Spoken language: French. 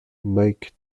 mike